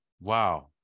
Wow